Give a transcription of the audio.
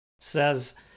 says